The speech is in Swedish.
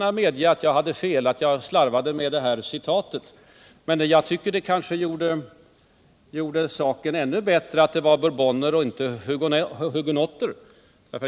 Jag medger, Kjell-Olof Feldt, att jag slarvade med källan till mitt citat. Men jag tycker att det kanske gjorde min liknelse ännu bättre att det gällde bourboner och inte hugenotter.